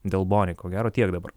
delboni ko gero tiek dabar